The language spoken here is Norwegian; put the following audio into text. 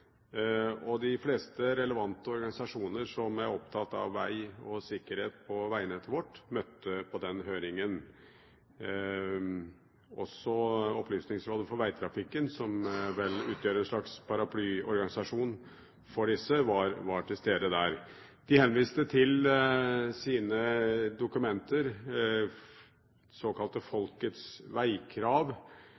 saken. De fleste relevante organisasjoner som er opptatt av veg og sikkerhet på vegnettet vårt, møtte på høringen. Også Opplysningsrådet for Veitrafikken, som utgjør en slags paraplyorganisasjon for disse, var til stede. De henviste til sine dokumenter, de såkalte